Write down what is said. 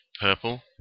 purple